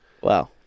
wow